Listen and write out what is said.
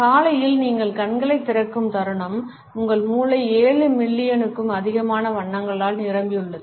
காலையில் நீங்கள் கண்களைத் திறக்கும் தருணம் உங்கள் மூளை ஏழு மில்லியனுக்கும் அதிகமான வண்ணங்களால் நிரம்பியுள்ளது